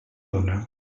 una